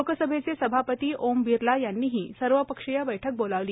लोकसभेचे सभापती ओम बिर्ला यांनीही सर्वपक्षीय बैठक बोलावली